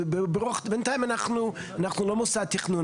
בינתיים אנחנו לא מוסד תכנון,